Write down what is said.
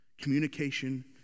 Communication